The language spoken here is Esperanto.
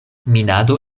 minado